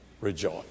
rejoice